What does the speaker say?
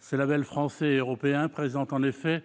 Ces labels français et européens présentent en effet